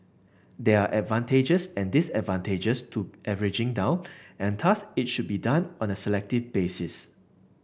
there are advantages and disadvantages to averaging down and thus it should be done on a selective basis